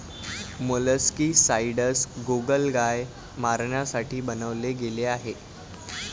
molluscicides गोगलगाय मारण्यासाठी बनवले गेले आहे